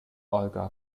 olga